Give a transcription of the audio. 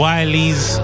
Wiley's